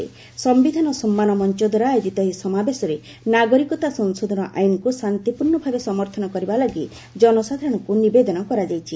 'ସିିଧାନ ସମ୍ମାନ ମଞ୍ଚ ଦ୍ୱାରା ଆୟୋକିତ ଏହି ସମାବେଶରେ ନାଗରିକତା ସଂଶୋଧନ ଆଇନକୁ ଶାନ୍ତିପୂର୍ଣ୍ଣଭାବେ ସମର୍ଥନ କରିବା ଲାଗି ଜନସାଧାରଣଙ୍କୁ ନିବେଦନ କରାଯାଇଛି